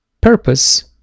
purpose